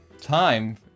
time